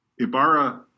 Ibarra